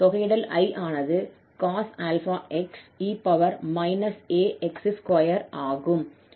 தொகையிடல் I ஆனது cos 𝛼𝑥e ax2 ஆகும்